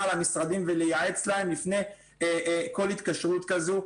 למשרדים ולייעץ להם לפני כל התקשרות כזו.